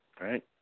Right